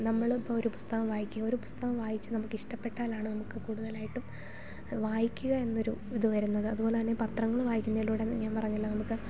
നമ്മൾ ഇപ്പോൾ ഒരു പുസ്തകം വായിക്കു ഒരു പുസ്തകം വായിച്ച് നമുക്ക് ഇഷ്ടപ്പെട്ടാലാണ് നമുക്ക് കൂടുതലായിട്ടും വായിക്കുക എന്നൊരു ഇത് വരുന്നത് അതുപോലെ തന്നെ പത്രങ്ങൾ വായിക്കുന്നതിലൂടെ ഞാൻ പറഞ്ഞല്ലോ നമുക്ക്